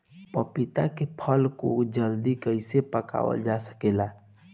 पपिता के फल को जल्दी कइसे पकावल जा सकेला?